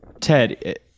Ted